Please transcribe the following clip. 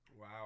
wow